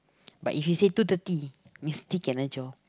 but if you say two thirty means